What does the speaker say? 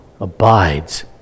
abides